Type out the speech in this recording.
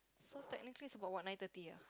so technically is about what nine thirty ah